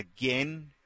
Again